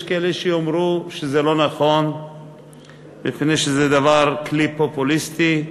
יש כאלה שיאמרו שזה לא נכון מפני שזה כלי פופוליסטי.